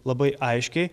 labai aiškiai